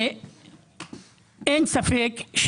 אין ספק,